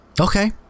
Okay